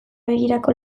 begirako